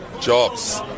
jobs